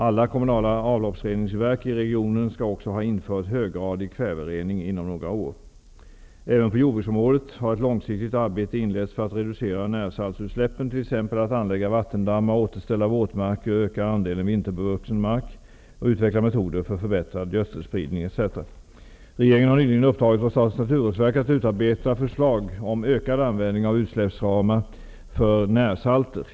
Alla kommunala avloppsreningsverk i regionen skall också ha infört höggradig kväverening inom några år. Även på jordbruksområdet har ett långsiktigt arbete inletts för att reducera närsaltsutsläppen, t.ex. att anlägga vattendammar, återställa våtmarker, öka andelen vinterbevuxen mark, utveckla metoder för förbättrad gödselspridning etc. Regeringen har nyligen uppdragit åt Statens naturvårdsverk att utarbeta förslag om ökad användning av utsläppsramar för närsalter.